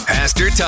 Pastor